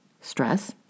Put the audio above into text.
stress